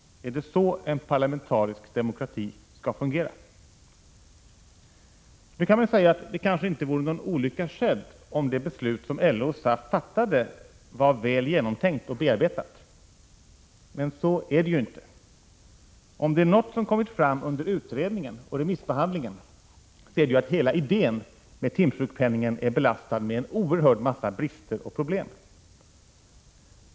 Är det så en parlamentarisk demokrati skall fungera? Det kan ju sägas att det kanske inte vore någon olycka skedd om det beslut som LO och SAF fattade var väl genomtänkt och bearbetat. Men så är det inte. Om det är något som har kommit fram under utredningen och remissbehandlingen är det att hela idén med timsjukpenningen är belastad med en oerhörd massa brister och problem.